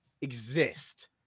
exist